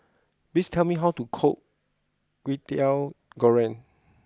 please tell me how to cook Kwetiau Goreng